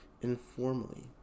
informally